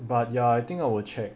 but ya I think I'll check